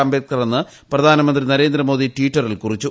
അംബേദ്ക്കറെന്ന് പ്രധാനമുന്തി ്നരേന്ദ്രമോദി ടിറ്ററിൽ കുറിച്ചു